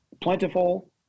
plentiful